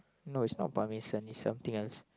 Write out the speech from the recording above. no it's not parmesan it's something else